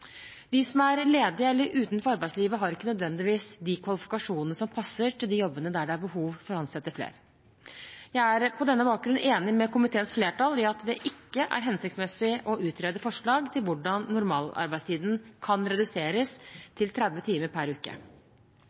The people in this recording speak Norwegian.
De som er ledige eller utenfor arbeidslivet, har ikke nødvendigvis de kvalifikasjonene som passer til de jobbene der det er behov for å ansette flere. Jeg er på denne bakgrunn enig med komiteens flertall i at det ikke er hensiktsmessig å utrede forslag til hvordan normalarbeidstiden kan reduseres til 30 timer per uke.